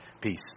Peace